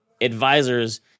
advisors